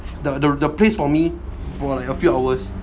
the the place for me for like a few hours